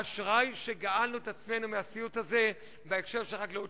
אשרי שגאלנו את עצמנו מהסיוט הזה בהקשר של החקלאות,